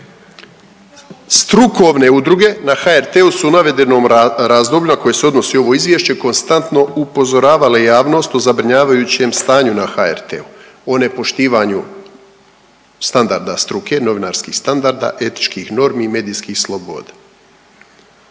Strukovne udruge na HRT-u su u navedenom razdoblju na koje se odnosi ovo izvješće konstantno upozoravale javnost o zabrinjavajućem stanju na HRT-u o nepoštivanju standarda struke, novinarskih standarda, etičkih normi i medijskih sloboda.